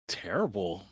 terrible